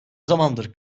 zamandır